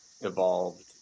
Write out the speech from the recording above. evolved